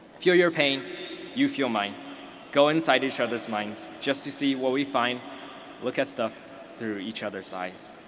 feel your pain you feel mine go inside each other's minds just to see what we find look at stuff through each other's eyes.